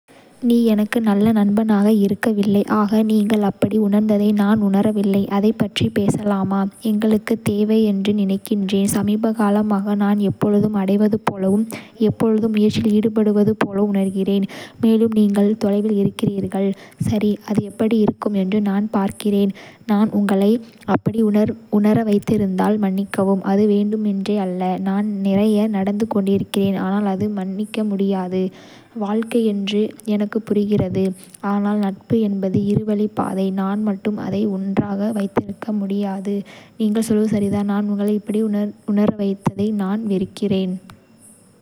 நீ எனக்கு நல்ல நண்பனாக இருக்கவில்லை ஆஹா. நீங்கள் அப்படி உணர்ந்ததை நான் உணரவில்லை. அதைப் பற்றி பேசலாமாஎங்களுக்குத் தேவை என்று நினைக்கிறேன். சமீபகாலமாக, நான் எப்பொழுதும் அடைவது போலவும், எப்பொழுதும் முயற்சியில் ஈடுபடுவது போலவும் உணர்கிறேன், மேலும் நீங்கள். தொலைவில் இருக்கிறீர்கள். சரி, அது எப்படி இருக்கும் என்று நான் பார்க்கிறேன். நான் உங்களை அப்படி உணரவைத்திருந்தால் மன்னிக்கவும்-அது வேண்டுமென்றே அல்ல. நான் நிறைய நடந்து கொண்டிருக்கிறேன், ஆனால் அது மன்னிக்க முடியாது. வாழ்க்கை என்று எனக்குப் புரிகிறது, ஆனால் நட்பு என்பது இருவழிப் பாதை. நான் மட்டும் அதை ஒன்றாக வைத்திருக்க முடியாது. நீங்கள் சொல்வது சரிதான், நான் உங்களை இப்படி உணரவைத்ததை நான் வெறுக்கிறேன்.